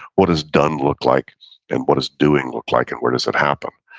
what does done look like and what does doing look like and where does it happen.